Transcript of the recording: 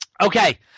Okay